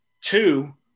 Two